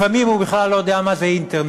לפעמים הוא בכלל לא יודע מה זה אינטרנט.